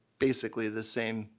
basically the same,